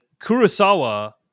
Kurosawa